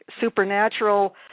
supernatural